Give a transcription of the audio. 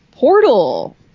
Portal